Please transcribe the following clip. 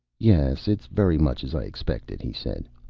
yes, it's very much as i expected, he said.